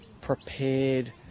prepared